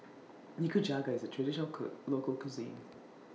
Nikujaga IS A Traditional Could Local Cuisine